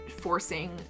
forcing